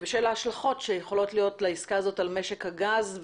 בשל ההשלכות שיכולות להיות לעסקה הזו על משק הגז,